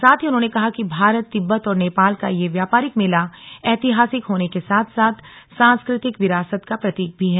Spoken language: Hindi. साथ ही उन्होंने कहा कि भारत तिब्बत और नेपाल का यह व्यापारिक मेला ऐतिहासिक होने के साथ साथ सांस्कृतिक विरासत का प्रतीक भी है